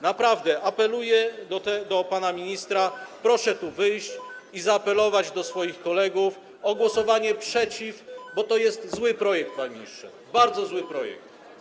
Naprawdę apeluję do pana ministra: proszę tu wyjść i zaapelować do swoich kolegów o to, by głosowali przeciw, bo to jest zły projekt, panie ministrze, bardzo zły projekt.